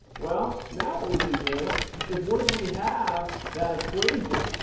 well, now what we can do is once we have that equation